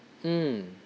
mm